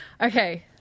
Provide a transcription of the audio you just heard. Okay